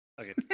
okay